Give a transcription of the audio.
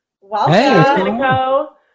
Welcome